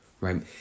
right